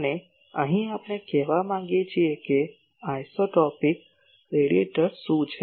અને અહીં આપણે કહેવા માંગીએ છીએ કે આઇસોટ્રોપિક રેડિયેટર શું છે